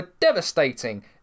devastating